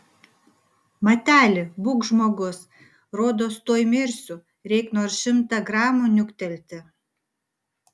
mateli būk žmogus rodos tuoj mirsiu reik nors šimtą gramų niuktelti